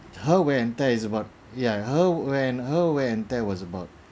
her wear and tear is about ya her wear her wear and tear was about